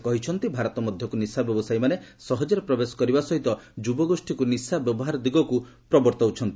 ସେ କହିଛନ୍ତି ଭାରତ ମଧ୍ୟକୁ ନିଶା ବ୍ୟବସାୟୀମାନେ ସହଜରେ ପ୍ରବେଶ କରିବା ସହିତ ଯୁବ ଗୋଷ୍ଠୀକୁ ନିଶା ବ୍ୟବହାର ଦିଗକୁ ପ୍ରବର୍ତ୍ତାଉଚ୍ଚନ୍ତି